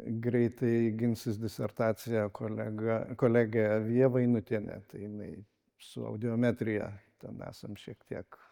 greitai ginsis disertaciją kolega kolegė vija vainutienė tai jinai su audiometrija ten esam šiek tiek